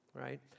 right